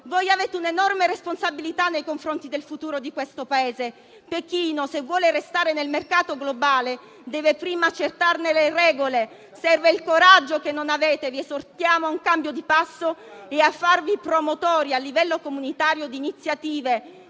Voi avete un'enorme responsabilità nei confronti del futuro di questo Paese. Pechino, se vuole restare nel mercato globale, deve prima accettarne le regole. Serve il coraggio che non avete. Vi esortiamo a un cambio di passo e a farvi promotori, a livello comunitario, di iniziative